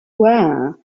rare